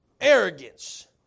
arrogance